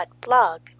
blog